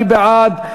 מי בעד?